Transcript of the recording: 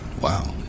Wow